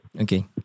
Okay